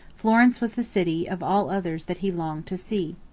florence was the city of all others that he longed to see.